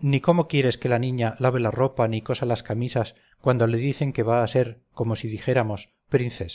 ni cómo quieres que la niña lave la ropa ni cosa las camisas cuando le dicen que va a ser como si dijéramos princesa